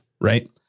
right